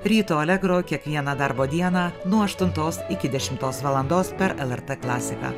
ryto alegro kiekvieną darbo dieną nuo aštuntos iki dešimtos valandos per lrt klasiką